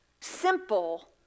simple